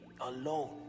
alone